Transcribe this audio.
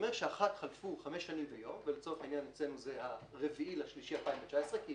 שאם חלפו חמש שנים ויום ולצורך העניין אצלנו זה ה-4 למרס 2019 כי